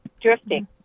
drifting